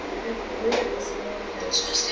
and hath polluted this holy place.